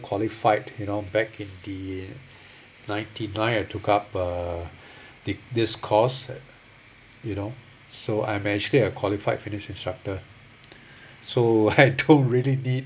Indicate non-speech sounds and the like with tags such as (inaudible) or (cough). qualified you know back in the ninety nine I took up uh the this course you know so I'm actually a qualified fitness instructor so (laughs) I don't really need